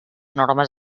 normes